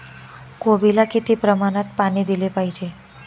कोबीला किती प्रमाणात पाणी दिले पाहिजे?